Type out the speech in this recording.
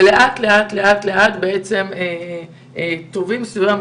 ולאט לאט לאט בעצם טווים סביבם,